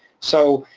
so,